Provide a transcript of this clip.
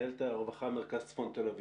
מנהלת הרווחה במרכז-צפון תל אביב.